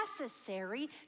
necessary